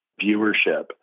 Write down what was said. viewership